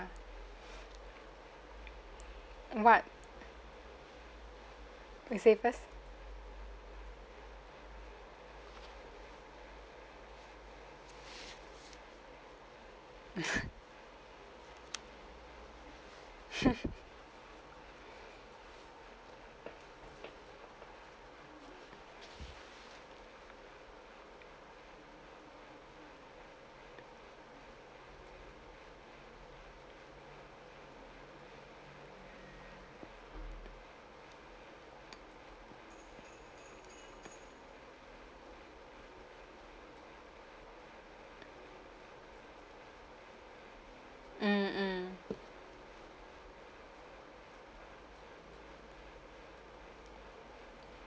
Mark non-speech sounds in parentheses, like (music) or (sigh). (breath) mm what you say first (breath) (laughs) (laughs) mm mm